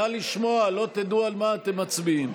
נא לשמוע, לא תדעו על מה אתם מצביעים.